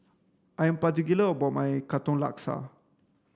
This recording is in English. I'm particular about my katong laksa